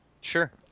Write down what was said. sure